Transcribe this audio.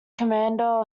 commander